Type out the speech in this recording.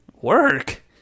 Work